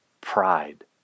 pride